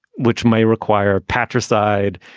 which may require patricide.